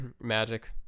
magic